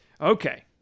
Okay